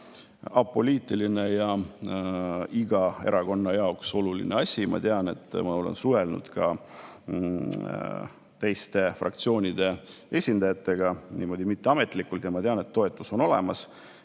see ongi apoliitiline ja iga erakonna jaoks oluline asi. Ma olen suhelnud ka teiste fraktsioonide esindajatega mitteametlikult ja ma tean, et toetus on olemas.